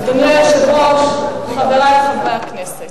אדוני היושב-ראש, חברי חברי הכנסת,